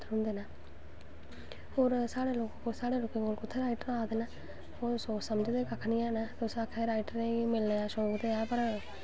एह् चीज़ ऐ ते एह् ऐ कि मतलव एह्दा बी बक्खरा होंदा ऐ कि एह्दा बक्खरी पढ़ाई होंदी ऐ बक्खरा